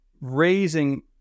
raising